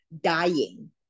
dying